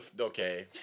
Okay